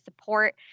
support